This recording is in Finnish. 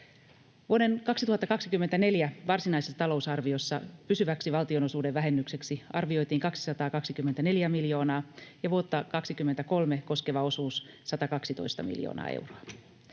Vuoden 2024 varsinaisessa talousarviossa pysyväksi valtionosuuden vähennykseksi arvioitiin 224 miljoonaa ja vuotta 23 koskeva osuus oli 112 miljoonaa euroa.